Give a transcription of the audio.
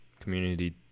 community